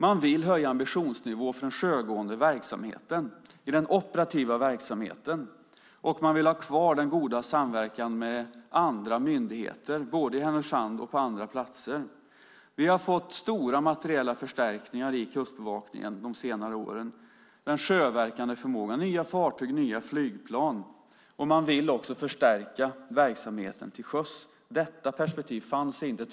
Man vill höja ambitionsnivån för den sjögående verksamheten, den operativa verksamheten, och man vill ha kvar den goda samverkan med andra myndigheter, både i Härnösand och på andra platser. Vi har fått stora materiella förstärkningar i Kustbevakningen de senare åren när det gäller den sjöverkande förmågan, nya fartyg, nya flygplan. Man vill också förstärka verksamheten till sjöss. Detta perspektiv fanns inte.